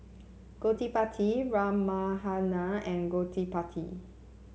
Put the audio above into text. Gottipati Ramahana and Gottipati